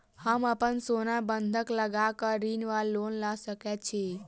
हम अप्पन सोना बंधक लगा कऽ ऋण वा लोन लऽ सकै छी?